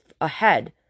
ahead